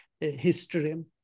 history